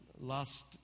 last